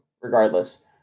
regardless